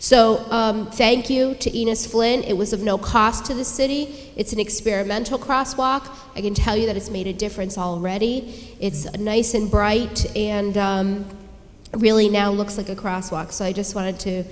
flynn it was of no cost to the city it's an experimental crosswalk i can tell you that it's made a difference already it's nice and bright and it really now looks like a crosswalk so i just wanted to